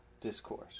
discourse